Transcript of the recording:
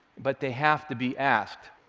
but they have to be asked.